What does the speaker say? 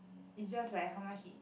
is just like how much it